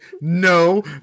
No